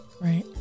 Right